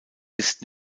bist